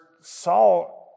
Saul